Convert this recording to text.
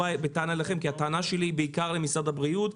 כי הטענה שלי היא בעיקר אל משרד הבריאות,